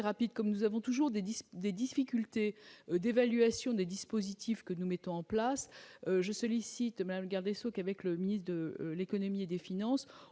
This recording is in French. rapide comme nous avons toujours des disputes, des difficultés d'évaluation des dispositifs que nous mettons en place, je sollicite même gardé qu'avec le ministre de l'Économie et des Finances,